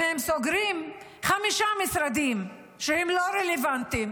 אם הם סוגרים חמישה משרדים שהם לא רלוונטיים.